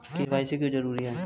KYC क्यों जरूरी है?